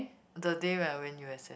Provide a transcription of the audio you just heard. the day when I went U_S_S